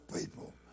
people